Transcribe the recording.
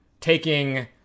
taking